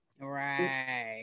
right